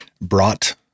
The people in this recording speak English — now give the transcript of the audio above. brought